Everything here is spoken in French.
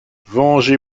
vengez